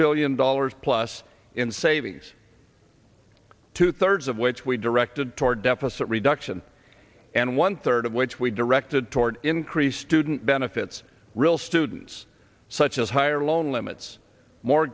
billion dollars plus in savings two thirds of which we directed toward deficit reduction and one third of which we directed toward increased student benefits real students such as higher loan limits more